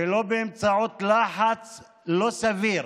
ולא באמצעות לחץ לא סביר